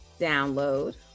Download